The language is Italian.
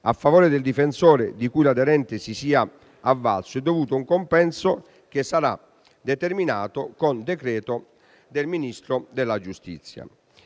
A favore del difensore di cui l'aderente si sia avvalso è dovuto un compenso che sarà determinato con decreto del Ministro della giustizia.